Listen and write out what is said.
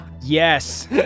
Yes